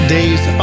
Days